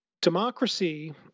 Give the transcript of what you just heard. democracy